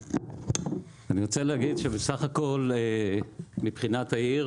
אני רוצה להגיד שסך הכל, מבחינת העיר